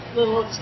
little